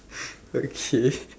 okay